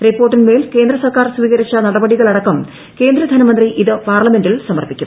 റിപ്പോർട്ടിന്മേൽ കേന്ദ്ര സർക്കാർ സ്വീകരിച്ച നടപടികൾ അടക്കം കേന്ദ്ര ധനമന്ത്രി ഇത് പാർലമെന്റിൽ സമർപ്പിക്കും